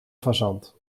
fazant